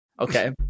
Okay